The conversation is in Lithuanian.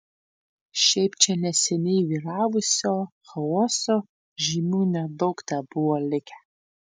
šiaip čia neseniai vyravusio chaoso žymių nedaug tebuvo likę